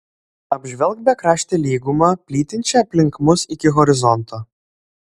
apžvelk bekraštę lygumą plytinčią aplink mus iki horizonto